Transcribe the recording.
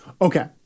okay